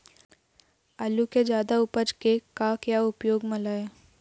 आलू कि जादा उपज के का क्या उपयोग म लाए?